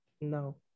No